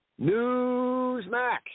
Newsmax